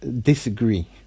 disagree